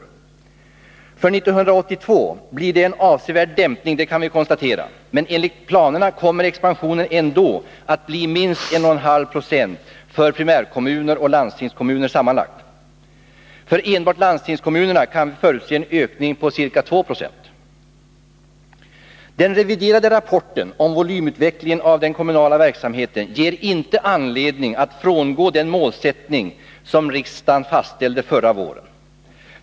För 1982 blir det en avsevärd dämpning, det kan vi konstatera, men enligt planerna kommer expansionen ändå att bli minst 1,5 2 för primärkommuner och landstingskommuner sammanlagt. För enbart landstingskommunerna kan vi förutse en ökning på ca 2 96. Den reviderade rapporten om volymutvecklingen av den kommunala verksamheten ger inte anledning att gå ifrån den målsättning som riksdagen fastställde förra våren.